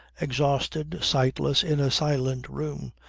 exhausted, sightless, in a silent room,